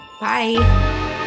Bye